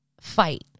fight